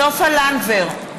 סופה לנדבר?